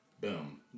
Boom